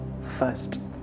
first